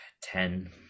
Ten